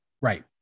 right